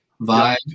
vibe